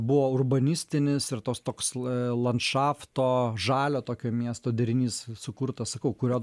buvo urbanistinis ir tos toks l landšafto žalio tokio miesto derinys sukurtas sakau kurio